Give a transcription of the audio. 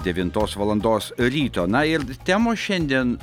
devintos valandos ryto na ir temos šiandien